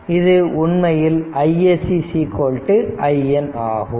இங்கே உண்மையில் iSC IN ஆகும்